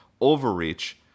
overreach